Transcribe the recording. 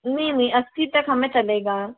नहीं नहीं अस्सी तक हमें चलेगा